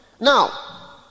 Now